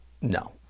no